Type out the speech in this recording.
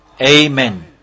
Amen